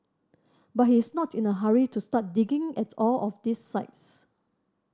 but he is not in a hurry to start digging at all of these sites